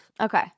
Okay